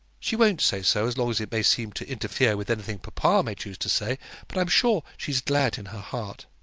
she won't say so as long as it may seem to interfere with anything papa may choose to say but i'm sure she's glad in her heart.